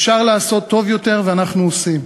אפשר לעשות טוב יותר, ואנחנו עושים.